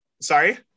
Sorry